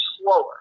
slower